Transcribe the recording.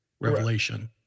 revelation